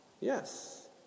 Yes